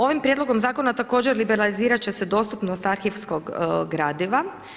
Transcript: Ovim prijedlogom zakona, također liberalizirati će se dostupnost arhivskog gradiva.